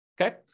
Okay